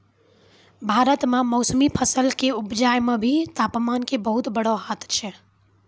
भारत मॅ मौसमी फसल कॅ उपजाय मॅ भी तामपान के बहुत बड़ो हाथ छै